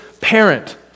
parent